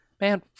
Man